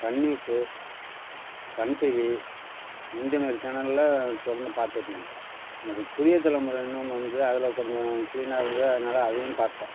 Sun News Sun TV இந்தமாதிரி சேனல்ல தொடர்ந்து பார்த்துட்டுருந்தேன் அப்புறம் புதிய தலைமுறைன்னு ஒன்று வந்தது அதில் கொஞ்சம் க்ளீனாக இருந்தது அதனால அதுவும் பார்த்தேன்